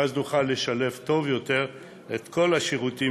ואז נוכל לשלב טוב יותר את כל השירותים